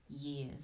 years